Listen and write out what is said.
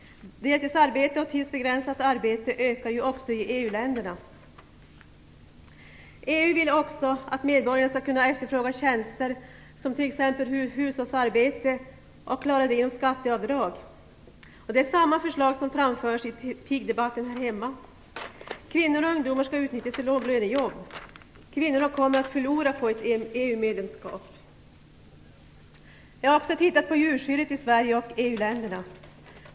Deltidsarbete och tidsbegränsat arbete ökar ju också i EU-länderna. EU vill också att medborgarna skall kunna efterfråga tjänster, det gäller t.ex. hushållsarbete, och klara det genom skatteavdrag. Samma förslag har framförts i pigdebatten här hemma! Kvinnor och ungdomar skall utnyttjas i låglönejobb. Kvinnorna kommer att förlora på ett EU-medlemskap. Jag har även tittat på djurskyddet i Sverige och i EU-länderna.